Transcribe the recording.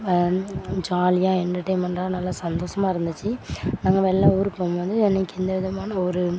ஜாலியாக என்டர்டைமெண்ட்டாக நல்லா சந்தோஸமாக இருந்துச்சு நாங்கள் எல்லாம் ஊருக்கு போகும்போது எனக்கு எந்த விதமான ஒரு